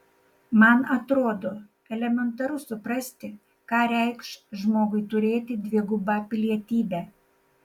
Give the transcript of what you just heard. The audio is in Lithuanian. man atrodo elementaru suprasti ką reikš žmogui turėti dvigubą pilietybę